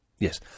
Yes